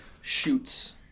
shoots